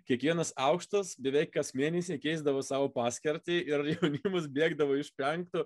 kiekvienas aukštas beveik kas mėnesį keisdavo savo paskirtį ir jaunimas bėgdavo iš penkto